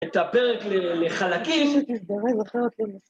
את הפרק לחלקים